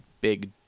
big